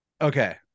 okay